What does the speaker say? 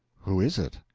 who is it?